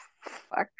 fuck